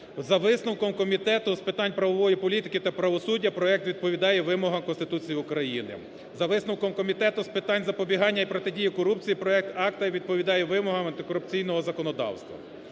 За висновком Комітету з питань правової політики та правосуддя, проект відповідає вимогам Конституції України. За висновком Комітету з питань запобігання і протидії корупції проект акту відповідає вимогам антикорупційного законодавства.